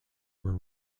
were